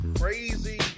crazy